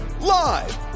live